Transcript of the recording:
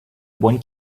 one